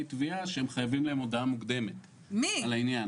תביעה שהם חייבים הודעה מוקדמת על העניין.